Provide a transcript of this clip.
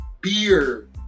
beer